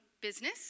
business